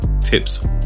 tips